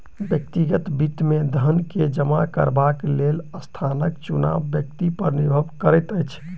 व्यक्तिगत वित्त मे धन के जमा करबाक लेल स्थानक चुनाव व्यक्ति पर निर्भर करैत अछि